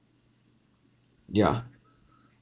yeah